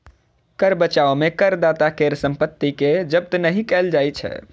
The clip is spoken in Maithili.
कर बचाव मे करदाता केर संपत्ति कें जब्त नहि कैल जाइ छै